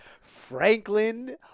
Franklin